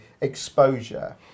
exposure